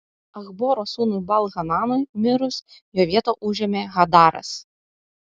achboro sūnui baal hananui mirus jo vietą užėmė hadaras